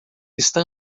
está